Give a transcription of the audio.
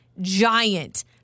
giant